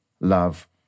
love